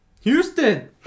Houston